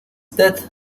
death